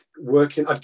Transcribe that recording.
working